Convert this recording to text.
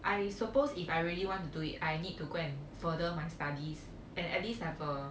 I suppose if I really want to do I need to go and further my studies and at least have a